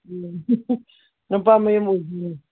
ꯎꯝ ꯅꯨꯄꯥ ꯃꯌꯨꯝ ꯑꯣꯏꯗꯣꯏꯅꯤ